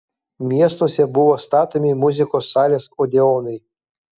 miestuose buvo statomi muzikos salės odeonai